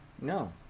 No